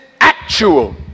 actual